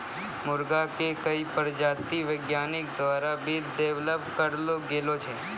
मुर्गा के कई प्रजाति वैज्ञानिक द्वारा भी डेवलप करलो गेलो छै